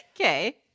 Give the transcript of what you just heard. Okay